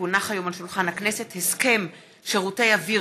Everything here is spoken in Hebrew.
כי הונח היום על שולחן הכנסת הסכם שירותי אוויר